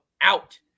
out